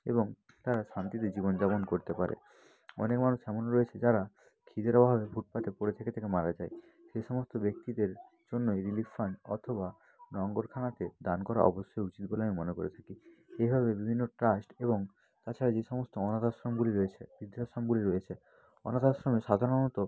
এবং তারা শান্তিতে জীবনযাপন করতে পারে অনেক মানুষ এমন রয়েছে যারা খিদের অভাবে ফুটপাতে পড়ে থেকে থেকে মারা যায় সে সমস্ত ব্যক্তিদের জন্যই রিলিফ ফান্ড অথবা লঙ্গরখানাকে দান করা অবশ্যই উচিত বলে আমি মনে করে থাকি এভাবে বিভিন্ন ট্রাস্ট এবং তাছাড়া যে সমস্ত অনাথ আশ্রমগুলি রয়েছে বৃদ্ধাশ্রমগুলি রয়েছে অনাথ আশ্রমে সাধারণত